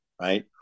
right